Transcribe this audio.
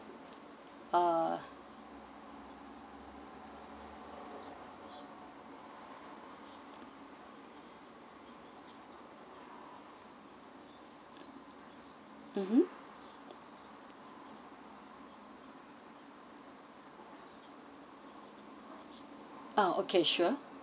uh mmhmm ah okay sure